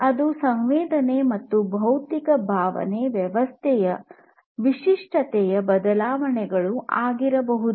ಅದು ಸಂವೇದನೆ ಅಥವಾ ಭೌತಿಕ ಭಾವನೆ ವ್ಯವಸ್ಥೆಯ ವಿಶಿಷ್ಟತೆಯ ಬದಲಾವಣೆಗಳು ಆಗಿರಬಹುದು